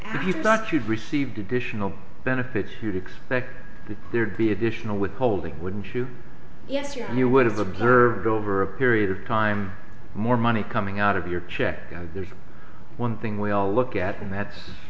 if you thought you'd received additional benefits you'd expect that there'd be additional withholding wouldn't you if you you would have observed over a period of time more money coming out of your check there's one thing we all look at and that's